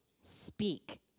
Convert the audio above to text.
speak